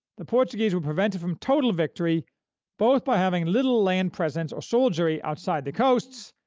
the portuguese were prevented from total victory both by having little land presence or soldiery outside the coasts,